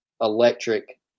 electric